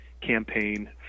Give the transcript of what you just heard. campaign